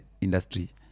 industry